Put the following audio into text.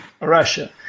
russia